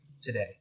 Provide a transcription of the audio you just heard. today